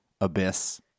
abyss